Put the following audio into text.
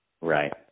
Right